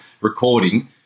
recording